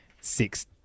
six